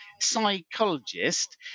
psychologist